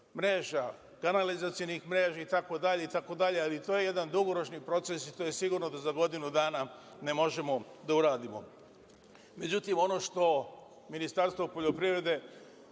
kanalizacionih mreža, itd. Ali, to je jedan dugoročni proces, i to je sigurno da za godinu dana ne možemo da uradimo.Međutim, ono što Ministarstvo poljoprivrede,